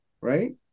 right